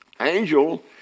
Angel